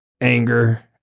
anger